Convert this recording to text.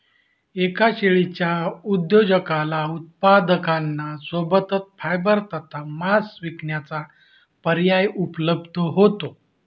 एका शेळीच्या उद्योजकाला उत्पादकांना सोबतच फायबर तथा मांस विकण्याचा पर्याय उपलब्ध होतो